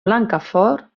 blancafort